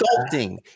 sculpting